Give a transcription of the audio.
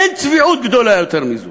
אין צביעות גדולה מזאת.